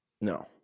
No